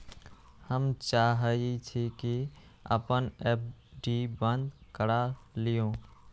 हम चाहई छी कि अपन एफ.डी बंद करा लिउ